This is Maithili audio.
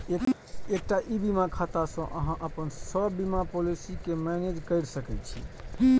एकटा ई बीमा खाता सं अहां अपन सब बीमा पॉलिसी कें मैनेज कैर सकै छी